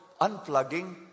unplugging